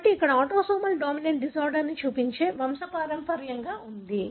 కాబట్టి ఇక్కడ autosomal dominant డిజార్డర్ను చూపించే వంశపారంపర్యంగా ఉంది